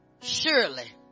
surely